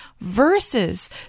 verses